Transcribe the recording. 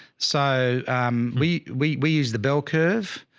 so um we, we, we use the bell curve